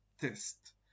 test